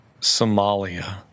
somalia